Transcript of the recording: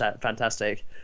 fantastic